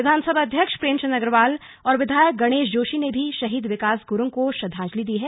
विधानसभा अध्यक्ष प्रेमचन्द अग्रवाल और विधायक गणेश जोशी ने भी शहीद विकास गुरूंग को श्रद्वांजलि दी है